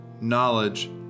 knowledge